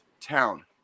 town